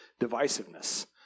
divisiveness